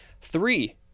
Three